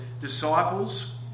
disciples